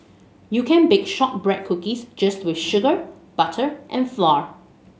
you can bake shortbread cookies just with sugar butter and flour